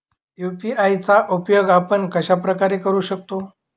UPI चा उपयोग आपण कशाप्रकारे करु शकतो?